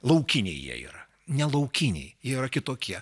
laukiniai jie yra ne laukiniai jie yra kitokie